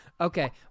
Okay